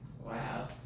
wow